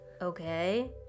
Okay